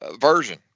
version